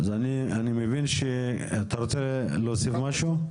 אתה רוצה להוסיף משהו?